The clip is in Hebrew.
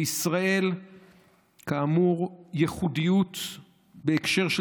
לישראל כאמור יש ייחודיות בהקשר של